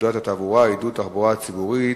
פקודת התעבורה (עידוד תחבורה ציבורית),